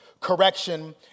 correction